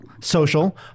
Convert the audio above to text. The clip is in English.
social